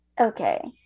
Okay